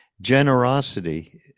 Generosity